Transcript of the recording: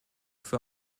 für